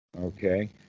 Okay